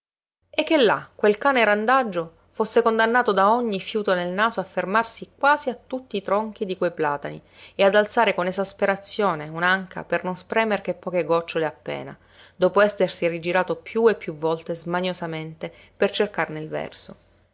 e che là quel cane randagio fosse condannato da ogni fiuto nel naso a fermarsi quasi a tutti i tronchi di quei platani e ad alzare con esasperazione un'anca per non spremer che poche gocciole appena dopo essersi rigirato piú e piú volte smaniosamente per cercarne il verso